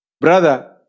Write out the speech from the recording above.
Brother